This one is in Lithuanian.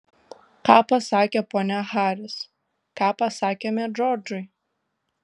ką pasakė ponia haris ką pasakėme džordžui